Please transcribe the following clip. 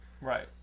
Right